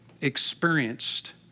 experienced